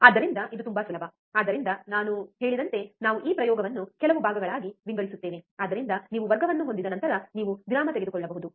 ಆದ್ದರಿಂದ ಇದು ತುಂಬಾ ಸುಲಭ ಆದ್ದರಿಂದ ನಾನು ಹೇಳಿದಂತೆ ನಾವು ಈ ಪ್ರಯೋಗವನ್ನು ಕೆಲವು ಭಾಗಗಳಾಗಿ ವಿಂಗಡಿಸುತ್ತೇವೆ ಆದ್ದರಿಂದ ನೀವು ವರ್ಗವನ್ನು ಹೊಂದಿದ ನಂತರ ನೀವು ವಿರಾಮ ತೆಗೆದುಕೊಳ್ಳಬಹುದು